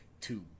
Two